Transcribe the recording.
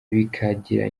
bikagira